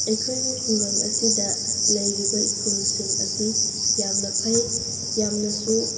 ꯑꯩꯈꯣꯏꯒꯤ ꯈꯨꯡꯒꯪ ꯑꯁꯤꯗ ꯂꯩꯔꯤꯕ ꯁ꯭ꯀꯨꯜꯁꯤꯡ ꯑꯁꯤ ꯌꯥꯝꯅ ꯐꯩ ꯌꯥꯝꯅꯁꯨ